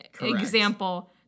Example